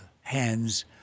hands